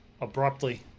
abruptly